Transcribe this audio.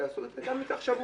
ויעשו את זה גם אם ייקח שבוע,